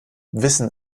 wissen